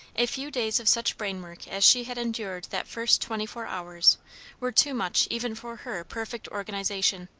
a few days of such brain work as she had endured that first twenty-four hours were too much even for her perfect organization.